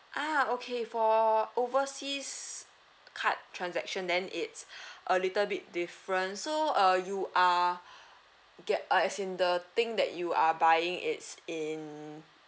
ah okay for overseas card transaction then it's a little bit different so uh you are get uh as in the thing that you are buying it's in